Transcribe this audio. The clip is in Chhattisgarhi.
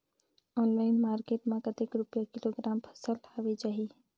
ऑनलाइन मार्केट मां कतेक रुपिया किलोग्राम फसल हवे जाही?